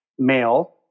male